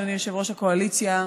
אדוני יושב-ראש הקואליציה,